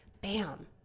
bam